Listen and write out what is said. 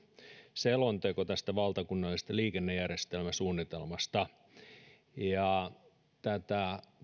selonteko tästä valtakunnallisesta liikennejärjestelmäsuunnitelmasta tätä